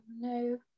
no